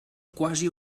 quasi